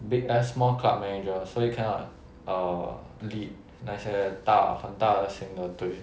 big ass small club manager so he cannot err lead 那些大很大型的队